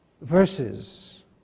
verses